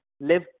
live